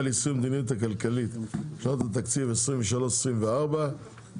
ליישום המדיניות הכלכלית לשנות התקציב 23' ו-24'),